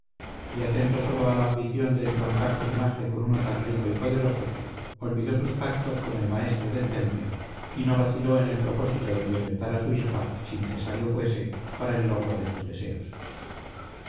y atento sólo a la ambición de entroncar su linaje con uno tan rico y poderoso olvidó sus pactos con el maestre del temple y no vaciló en el propósito de violentar a su hija si necesario fuese para el logro de sus deseos